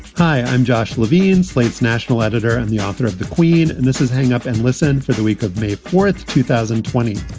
hi, i'm josh levine, slate's national editor and the author of the queen. and this is hang up and listen for the week of may fourth, two thousand and twenty.